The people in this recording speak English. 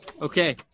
Okay